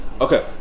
Okay